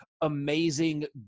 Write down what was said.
amazing